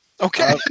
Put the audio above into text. Okay